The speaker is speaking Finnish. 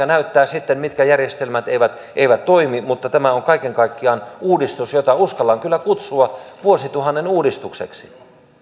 näyttää sitten mitkä järjestelmät eivät eivät toimi mutta tämä on kaiken kaikkiaan uudistus jota uskallan kyllä kutsua vuosituhannen uudistukseksi